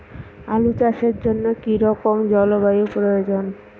আলু চাষের জন্য কি রকম জলবায়ুর প্রয়োজন?